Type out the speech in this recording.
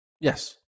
Yes